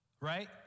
right